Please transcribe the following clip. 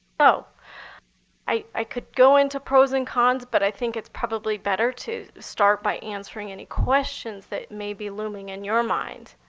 so i could go into pros and cons but i think it's probably better to start by answering any questions that may be looming in your mind.